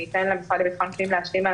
אני אתן למשרד לביטחון פנים להשלים על